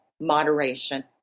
moderation